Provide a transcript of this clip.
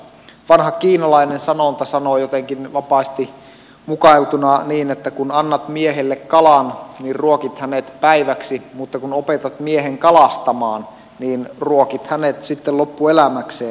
vanha kiinalainen sanonta sanoo jotenkin vapaasti mukailtuna niin että kun annat miehelle kalan niin ruokit hänet päiväksi mutta kun opetat miehen kalastamaan niin ruokit hänet sitten loppuelämäkseen